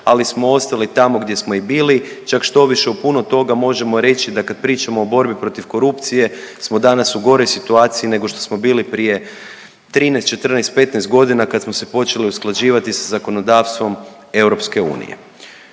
ali smo ostali tamo gdje smo i bili. Čak štoviše, u puno toga možemo reći da kad pričamo o borbi protiv korupcije, smo danas u goroj situaciji nego što smo bili prije 13, 14, 15 godina kad smo se počeli usklađivati sa zakonodavstvom EU. Ono